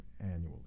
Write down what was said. annually